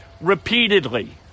repeatedly